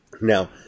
Now